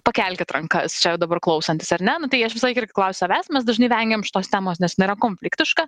pakelkit rankas čia dabar klausantys ar ne nu tai aš visąlaik irgi klausiu savęs mes dažnai vengiam šitos temos nes konfliktiška